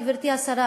גברתי השרה,